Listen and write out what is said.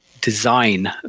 design